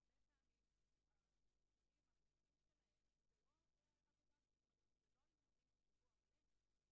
אם רוצים להעלות לחקיקה צריך להיות ברור מה צריך להיות בחוק.